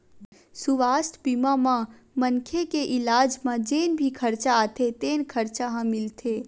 सुवास्थ बीमा म मनखे के इलाज म जेन भी खरचा आथे तेन खरचा ह मिलथे